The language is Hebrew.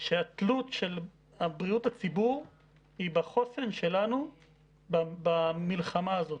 שהתלות של בריאות הציבור היא בחוסן שלנו במלחמה הזאת.